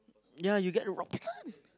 ya you get rocks one